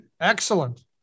Excellent